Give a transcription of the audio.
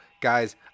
Guys